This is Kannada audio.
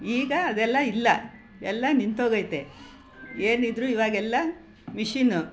ಈಗ ಅದೆಲ್ಲ ಇಲ್ಲ ಎಲ್ಲ ನಿಂತೋಗೈತೆ ಏನಿದ್ದರು ಇವಾಗೆಲ್ಲ ಮಿಷಿನ್ನು